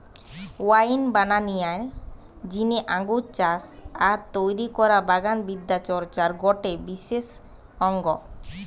wine বানানিয়ার জিনে আঙ্গুর চাষ আর তৈরি করা বাগান বিদ্যা চর্চার গটে বিশেষ অঙ্গ